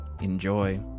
Enjoy